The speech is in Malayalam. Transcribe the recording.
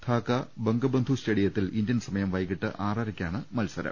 ധാക്ക ബംഗബന്ധു സ്റ്റേഡിയത്തിൽ ഇന്ത്യൻ സമയം വൈകിട്ട് ആറരയ്ക്കാണ് മത്സരം